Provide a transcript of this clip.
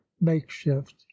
makeshift